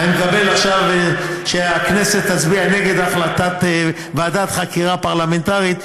אני מקווה עכשיו שהכנסת תצביע נגד הקמת ועדת חקירה פרלמנטרית,